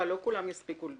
הוא